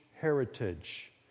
heritage